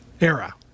era